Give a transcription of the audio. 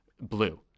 blue